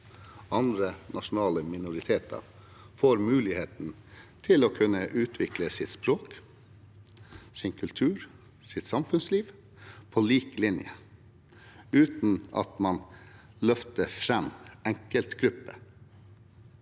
andre nasjonale minoriteter – får muligheten til å kunne utvikle sitt språk, sin kultur og sitt samfunnsliv på lik linje, uten at man løfter fram enkeltgrupper.